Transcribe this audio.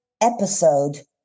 episode